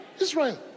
Israel